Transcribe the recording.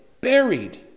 buried